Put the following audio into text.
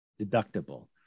deductible